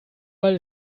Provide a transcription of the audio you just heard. weil